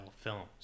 films